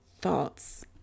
thoughts